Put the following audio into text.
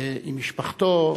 עם משפחתו,